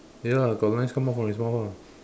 ya lah got lines come out from his mouth ah